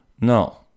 No